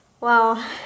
wow